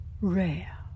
rare